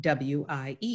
WIE